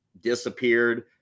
disappeared